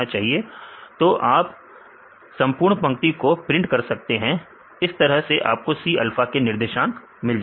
तो आप संपूर्ण पंक्ति को प्रिंट कर सकते हैं इस तरह से आपको C अल्फा के निर्देशांक मिल जाएंगे